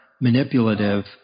manipulative